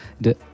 de